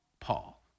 Paul